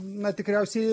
na tikriausiai